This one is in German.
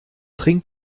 trink